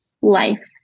life